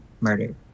murder